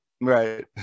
Right